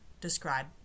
describe –